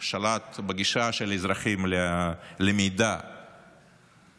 שלט בגישה של אזרחים למידע כלשהו,